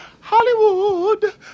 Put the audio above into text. Hollywood